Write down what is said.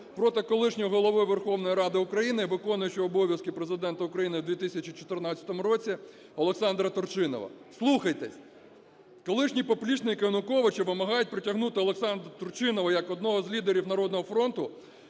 проти колишнього Голови Верховної Ради України, виконуючого обов'язки Президента України в 2014 році Олександра Турчинова. Вслухайтесь, колишній поплічник Януковича вимагає притягнути Олександра Турчинова як одного з лідерів "Народного фронту"